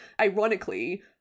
Ironically